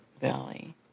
Valley